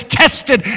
tested